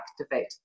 activate